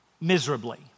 miserably